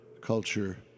culture